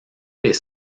les